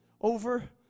over